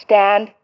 Stand